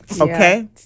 Okay